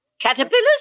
Caterpillars